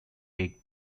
egg